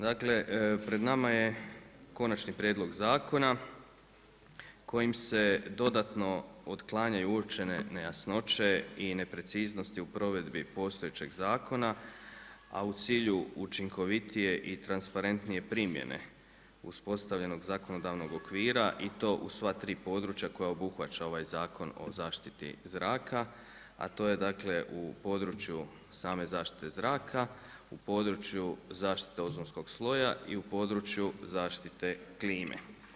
Dakle pred nama je Konačni prijedlog Zakona kojim se dodatno otklanjaju uočene nejasnoće i nepreciznosti u provedbi postojećeg zakona, a u cilju učinkovitije i transparentnije primjene uspostavljenog zakonodavnog okvira i to u sva tri područja koja obuhvaća ovaj Zakon o zaštiti zraka, a to je u području same zaštite zraka, u području zaštite ozonskog sloja i u području zaštite klime.